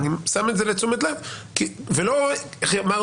אני שם את זה לתשומת לב, ולא אמרנו,